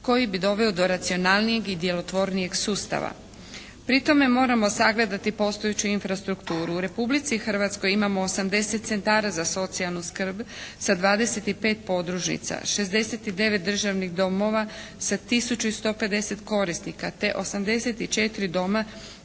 koji bi doveo do racionalnijeg i djelotvornijeg sustava. Pri tome moramo sagledati postojeću infrastrukturu. U Republici Hrvatskoj imamo 80 centara za socijalnu skrb sa 25 podružnica. 69 državnih domova sa 1150 korisnika. Te 84 doma